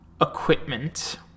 equipment